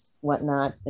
whatnot